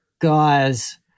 guys